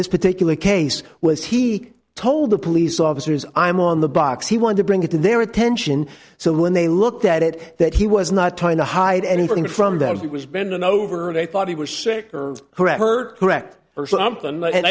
this particular case was he told the police officers i'm on the box he wanted to bring it to their attention so when they looked at it that he was not trying to hide anything from that he was bending over and i thought he was sick or correct her correct or something and